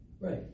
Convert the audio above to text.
Right